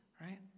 right